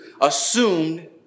assumed